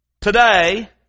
today